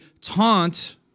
taunt